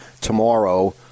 tomorrow